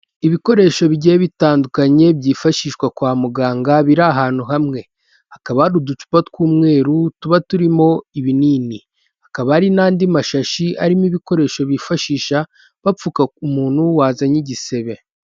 Ibikoresho bigiye bitandukanye byifashishwa kwa muganga biri ahantu hamwe, hakaba hari ari uducupa tw'umweru tuba turimo ibinini, hakaba hari n'andi mashashi arimo ibikoresho bifashisha bapfuka k'umuntu wazanye igisebe.